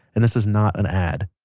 and this is not an ad.